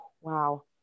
Wow